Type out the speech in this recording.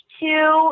two